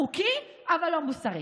חוקי אבל לא מוסרי.